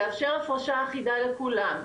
לאפשר הפרשה אחידה לכולם,